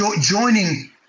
joining